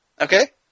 Okay